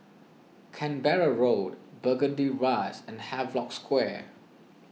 Canberra Road Burgundy Rise and Havelock Square